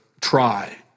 try